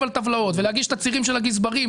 על טבלאות ולהגיש תצהירים של הגזברים,